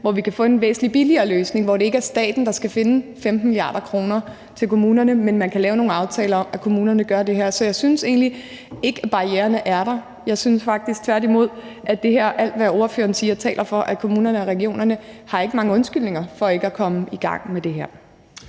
hvor vi kan få en væsentlig billigere løsning, hvor det ikke er staten, der skal finde 15 mia. kr. til kommunerne, men man kan lave nogle aftaler om, at kommunerne gør det her. Så jeg synes egentlig ikke, at barriererne er der. Jeg synes faktisk tværtimod, at alt, hvad ordføreren siger, taler for, at kommunerne og regionerne ikke har mange undskyldninger for ikke at komme i gang med det her.